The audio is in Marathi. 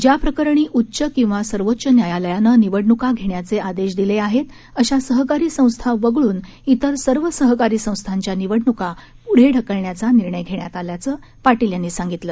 ज्या प्रकरणी उच्च किंवा सर्वोच्च न्यायालयानं निवडणुका घेण्याचे आदेश दिले आहेत अशा सहकारी संस्था वगळून इतर सर्व सहकारी संस्थांच्या निवडणुका पुढे ढकलण्याचा निर्णय घेण्यात आला असल्याचं पाटील यांनी सांगितलं